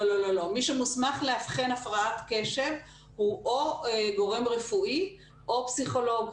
מי שמוסמך לאבחן הפרעת קשב הוא או גורם רפואי או פסיכולוג.